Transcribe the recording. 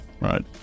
right